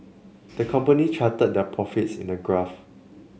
the company charted their profits in a graph